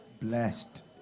blessed